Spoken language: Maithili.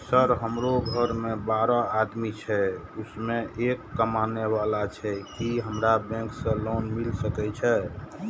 सर हमरो घर में बारह आदमी छे उसमें एक कमाने वाला छे की हमरा बैंक से लोन मिल सके छे?